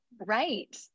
right